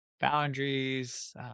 boundaries